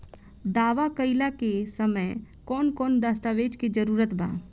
दावा कईला के समय कौन कौन दस्तावेज़ के जरूरत बा?